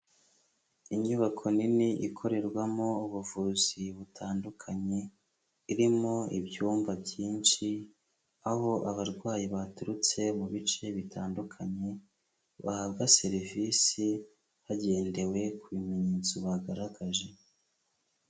Inyubako nini ikorerwamo ubuvuzi butandukanye, irimo ibyumba byinshi, aho abarwayi baturutse mu bice bitandukanye bahabwa serivisi hagendewe ku bimenyetso bagaragaje.